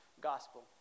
gospel